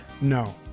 No